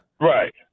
Right